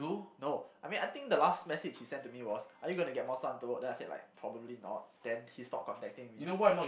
no I mean I think the last message he sent to me was are you going to get then I said like probably not then he stop contacting me